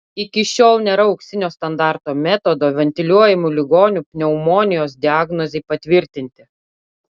iki šiol nėra auksinio standarto metodo ventiliuojamų ligonių pneumonijos diagnozei patvirtinti